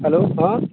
hello ହଁ